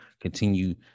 continue